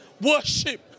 worship